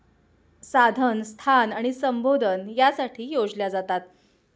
साधन स्थान आणि संबोधन यासाठी योजल्या जातात